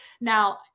Now